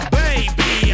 baby